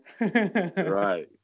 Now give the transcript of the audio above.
Right